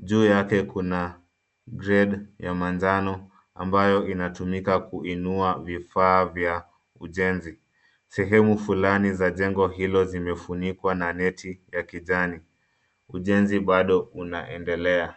Juu yake kuna crane ya manjano ambayo inatumika kuinua vifaa vya ujenzi. Sehemu fulani za jengo hilo zimefunikwa na neti ya kijani. Ujenzi bado unaendelea.